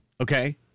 Okay